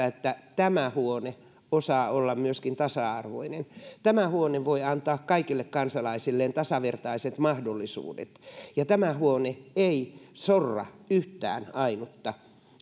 että tämä huone osaa olla myöskin tasa arvoinen tämä huone voi antaa kaikille kansalaisille tasavertaiset mahdollisuudet ja tämä huone ei sorra yhtään ainutta